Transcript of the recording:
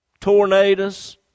tornadoes